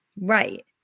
Right